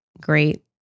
great